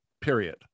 period